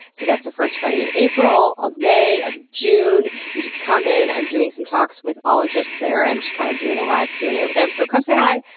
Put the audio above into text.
so that's the first friday of april, of may, of june. you just come in, i'm doing some talks with ologists there, i'm just kind of doing a live q and a with them so come say hi!